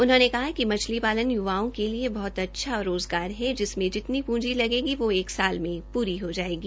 उन्होंने कहा कि मछली पालन युवाओं के लिए बहुत अच्छा रोजगार है जिसमें जितनी प्रंजी लगेगी वो एक साल में पूरी हो जाएगी